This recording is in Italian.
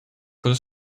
cosa